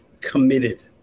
committed